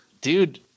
dude